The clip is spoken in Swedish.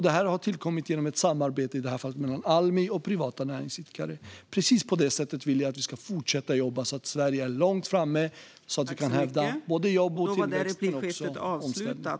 Detta har tillkommit genom ett samarbete mellan i det här fallet Almi och privata näringsidkare. Precis på det sättet vill jag att vi ska fortsätta jobba, så att Sverige är långt framme och så att vi kan hävda både jobb och tillväxt men också omställning.